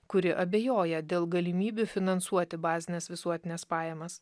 kuri abejoja dėl galimybių finansuoti bazines visuotines pajamas